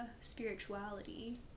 spirituality